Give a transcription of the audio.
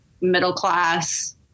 middle-class